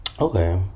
Okay